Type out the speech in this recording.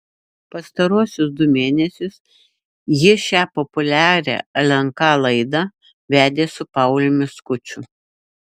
pastaruosius du mėnesius ji šią populiarią lnk laidą vedė su pauliumi skuču